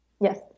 Yes